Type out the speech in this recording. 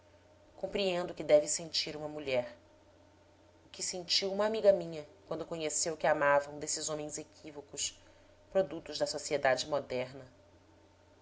o que deve sentir uma mulher o que sentiu uma amiga minha quando conheceu que amava um desses homens equívocos produtos da sociedade moderna